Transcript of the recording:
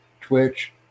Twitch